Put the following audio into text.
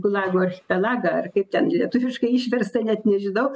lago archipelagą ar kaip ten lietuviškai išversta net nežinau